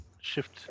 shift